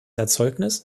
erzeugnis